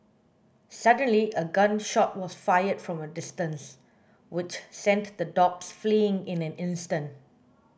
suddenly a gun shot was fired from a distance which sent the dogs fleeing in an instant